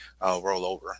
rollover